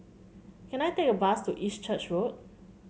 can I take a bus to East Church Road